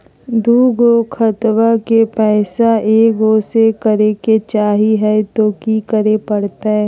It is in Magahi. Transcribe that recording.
दू गो खतवा के पैसवा ए गो मे करे चाही हय तो कि करे परते?